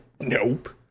Nope